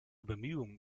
bemühungen